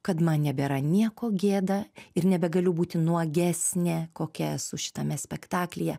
kad man nebėra nieko gėda ir nebegaliu būti nuogesnė kokia esu šitame spektaklyje